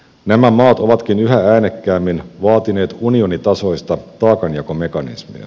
nämä maat ovatkin yhä äänekkäämmin vaatineet unionitasoista taakanjakomekanismia